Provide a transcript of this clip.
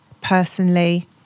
personally